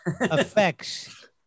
effects